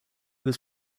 was